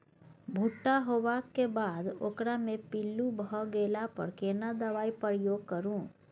भूट्टा होबाक बाद ओकरा मे पील्लू भ गेला पर केना दबाई प्रयोग करू?